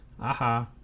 aha